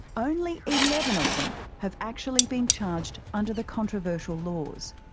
only eleven of them have actually been charged under the controversial laws.